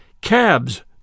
Cabs